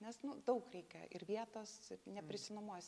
nes nu daug reikia ir vietos neprisinomuosi